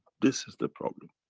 this is the problem.